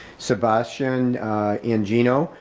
sebastian and geno,